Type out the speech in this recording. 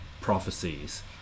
prophecies